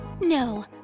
No